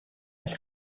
das